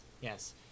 Yes